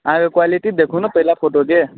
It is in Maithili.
अहाँके क्वालिटी देखू ने पहिला फोटोके